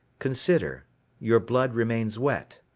consider your blood remains wet.